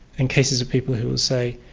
and cases of people who will say,